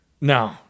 No